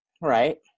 Right